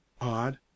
Odd